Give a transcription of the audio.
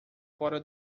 fora